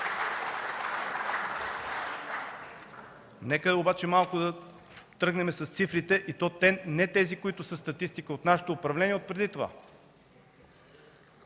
Нека обаче да тръгнем с цифрите, и то не тези, които са статистика от нашето управление, а отпреди това.